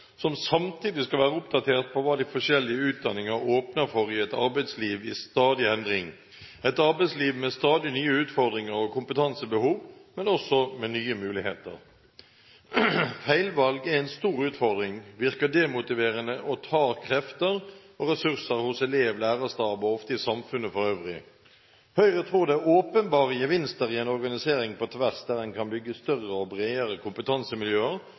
som samtidig skal være oppdaterte på hva de forskjellige utdanninger åpner for i et arbeidsliv i stadig endring – et arbeidsliv med stadig nye utfordringer og kompetansebehov, men også med nye muligheter. Feilvalg er en stor utfordring. Det virker demotiverende og tar krefter og ressurser hos elev, lærerstab og ofte i samfunnet for øvrig. Høyre tror det er åpenbare gevinster i en organisering på tvers der en kan bygge større og bredere kompetansemiljøer,